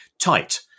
tight